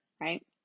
Right